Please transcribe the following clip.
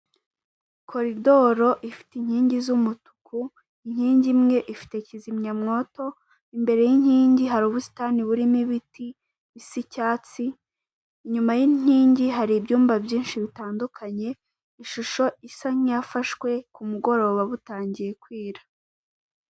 Agapapuro k'umweru kanditsweho amagambo ari mu ibara ry'umukara, handitseho amagambo yo mu kirimi cy'amahanga ruguru, ariko harimo n'amagambo yo mu kinyarwanda ariho nk'amazina nka perezida Paul Kgame ndetse n'andi mazina agiye atandukanye.